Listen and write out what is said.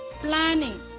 Planning